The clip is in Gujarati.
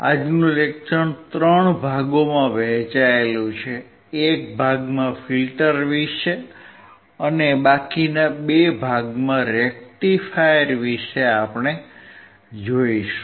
આજનું લેકચર ત્રણ ભાગોમાં વહેંચાયેલું છે એક ભાગમાં ફિલ્ટર્સ વિશે અને બે ભાગમાં રેક્ટિફાયર વિશે જોઇશું